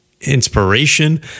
inspiration